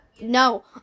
No